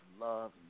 love